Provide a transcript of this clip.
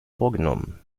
vorgenommen